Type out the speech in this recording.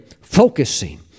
focusing